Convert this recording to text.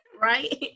Right